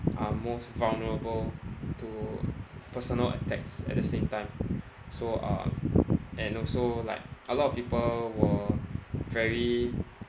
I'm most vulnerable to personal attacks at the same time so um and also like a lot of people were very